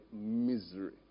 misery